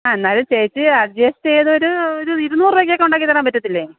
ആ എന്നാലും ചേച്ചി അഡ്ജസ്റ്റ് ചെയ്തൊരു ഒരു ഇരുന്നൂറ് രൂപയ്ക്ക് ഒക്കെ ഉണ്ടാക്കി തരാൻ പറ്റത്തില്ലേ